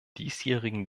diesjährigen